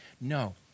No